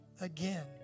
again